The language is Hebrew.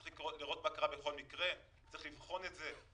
צריך לראות מה קרה בכל מקרה וצריך לבחון את זה.